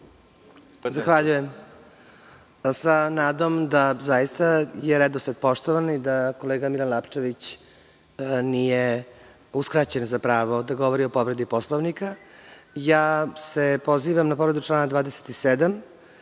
Zahvaljujem. Sa nadom da je zaista redosled poštovan i da kolega Milan Lapčević nije uskraćen za pravo da govori o povredi Poslovnika, pozivam se na povredu člana 27.